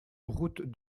route